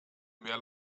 mehr